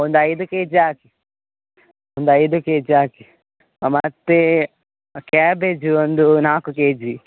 ಒಂದು ಐದು ಕೆಜಿ ಹಾಕಿ ಒಂದು ಐದು ಕೆಜಿ ಹಾಕಿ ಮತ್ತು ಆ ಕ್ಯಾಬೇಜ್ ಒಂದು ನಾಲ್ಕು ಕೆಜಿ